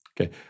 okay